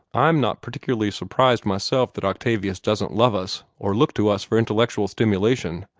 i'm not particularly surprised myself that octavius doesn't love us, or look to us for intellectual stimulation.